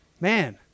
man